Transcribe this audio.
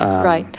right,